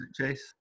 Chase